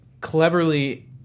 cleverly